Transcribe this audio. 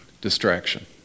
Distraction